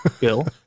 Bill